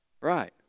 Right